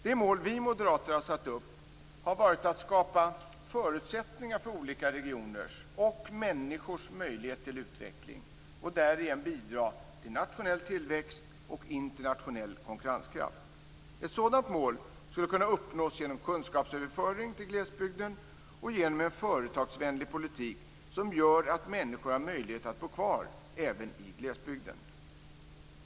Det mål vi moderater har satt upp har varit att skapa förutsättningar för olika regioners och människors möjlighet till utveckling och därigenom bidra till nationell tillväxt och internationell konkurrenskraft. Ett sådant mål skulle kunna uppnås genom kunskapsöverföring till glesbygden och genom en företagsvänlig politik som gör att människor har möjlighet att bo kvar även i glesbygden.